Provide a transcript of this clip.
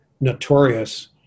notorious